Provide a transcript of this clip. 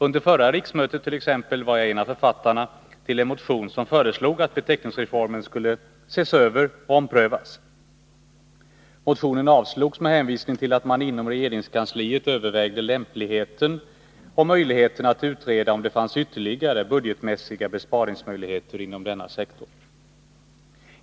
Under förra riksmötet t.ex. var jag en av författarna till en motion som föreslog att beteckningsreformen skulle ses över och omprövas. Motionen avslogs med hänvisning till att man inom regeringskansliet övervägde lämpligheten och möjligheten att utreda om det fanns ytterligare budgetmässiga besparingsmöjligheter inom denna sektor.